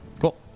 Cool